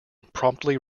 promptly